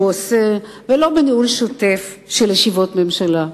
עושה ולא בניהול שוטף של ישיבות ממשלה.